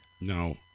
No